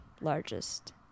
largest